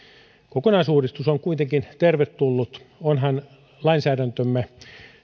kokonaisuudistus on kuitenkin tervetullut onhan lainsäädäntömme